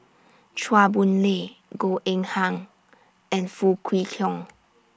Chua Boon Lay Goh Eng Han and Foo Kwee Horng